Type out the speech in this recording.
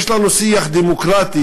יש לנו שיח דמוקרטי,